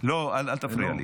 לא, אל תפריע לי.